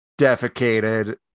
defecated